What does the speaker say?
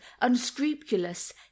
unscrupulous